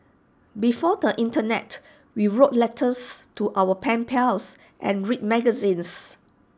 before the Internet we wrote letters to our pen pals and read magazines